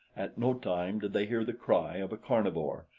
at no time did they hear the cry of a carnivore,